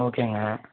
ஓகேங்க